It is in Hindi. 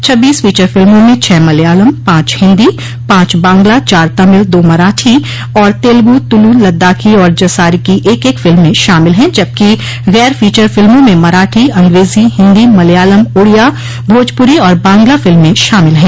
छब्बीस फोचर फिल्मों में छः मलयालम पाँच हिन्दी पाँच बांग्ला चार तमिल दो मराठी और तेलुगू तुल लददाखो और जसारि की एक एक फिल्मे शामिल हैं जबकि गर फोचर फिल्मों में मराठी अंग्रेजी हिन्दी मलयालम उड़िया भोजपुरी और बांग्ला फिल्में शामिल हैं